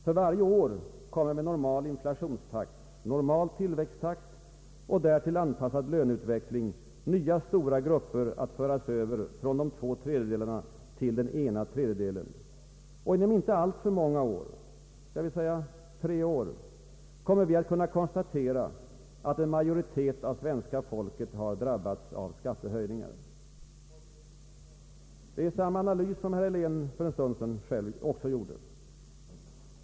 För varje år kommer med normal inflationstakt, normal tillväxttakt och därtill anpassad löneutveckling nya stora grupper att föras över från de två tredjedelarna till den ena tredjedelen. Och inom inte alltför många år — skall vi säga tre år — kommer vi att kunna konstatera att en majoritet av svenska folket har drabbats av skattehöjningar. Det är samma analys som herr Helén för en stund sedan gjorde.